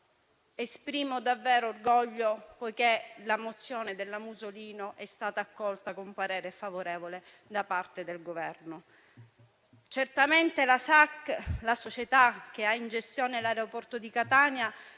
Esprimo però orgoglio, poiché la mozione della senatrice Musolino è stata accolta con parere favorevole da parte del Governo. Certamente la SAC, la società che ha in gestione l'aeroporto di Catania,